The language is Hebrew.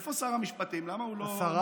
איפה שר המשפטים, למה הוא לא משיב?